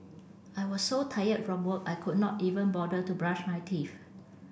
I was so tired from work I could not even bother to brush my teeth